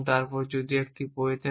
তারপর যদি একটি বই থাকে